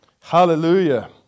hallelujah